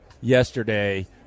yesterday